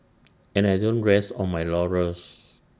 and I don't rest on my laurels